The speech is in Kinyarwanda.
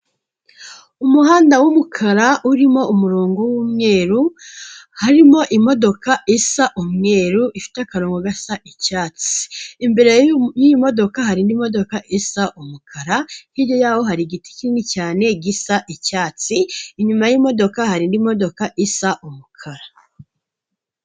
Umuhanda w'umukara urimo umurongo w'umweru harimo imodoka isa umweru ifite akarongo gasa icyatsi, imbere y'iyi modoka hari modoka isa umukara, hirya yaho hari igiti kinini cyane gisa icyatsi, inyuma y'iyi modoka hari indi imodoka isa umukara.